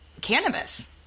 cannabis